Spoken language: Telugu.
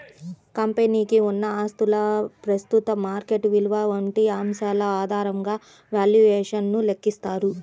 కంపెనీకి ఉన్న ఆస్తుల ప్రస్తుత మార్కెట్ విలువ వంటి అంశాల ఆధారంగా వాల్యుయేషన్ ను లెక్కిస్తారు